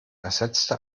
ersetzte